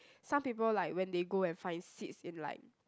some people like when they go and find seats in like